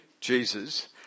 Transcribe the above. Jesus